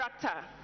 character